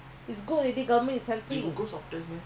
மஞ்ச:manja hot water